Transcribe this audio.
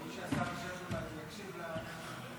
ראוי שהשר ישב אולי ויקשיב לנואמים.